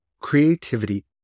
Creativity